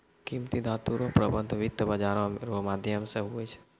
कीमती धातू रो प्रबन्ध वित्त बाजारो रो माध्यम से हुवै छै